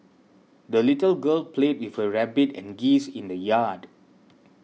the little girl played with her rabbit and geese in the yard